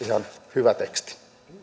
hyvä teksti